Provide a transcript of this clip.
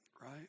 Right